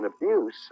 abuse